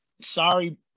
sorry